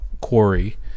quarry